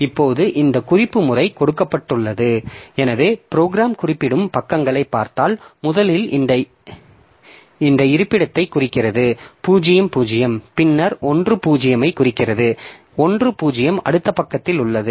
இப்போது இந்த குறிப்பு முறை கொடுக்கப்பட்டுள்ளது எனவே ப்ரோக்ராம் குறிப்பிடும் பக்கங்களை பார்த்தால் முதலில் இது இந்த இருப்பிடத்தைக் குறிக்கிறது 0 0 பின்னர் 1 0 ஐ குறிக்கிறது எனவே 1 0 அடுத்த பக்கத்தில் உள்ளது